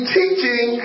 teaching